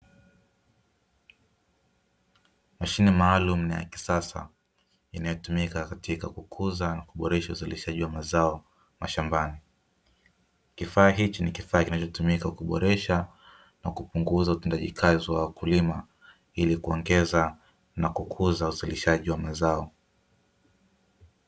Mashine maalum na kisasa inayotumika katika kukuza kuboresha uzalishaji wa mazao mashambani, kifaa hiki ni kifaa kinachotumika kuboresha na kupunguza utendaji kazi wa wakulima ili kuongeza na kukuza uzasilishaji wa mazao.